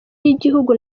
y’igihugu